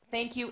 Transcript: לכולנו,